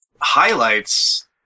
highlights